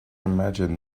imagine